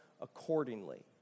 accordingly